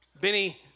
Benny